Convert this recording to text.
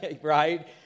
right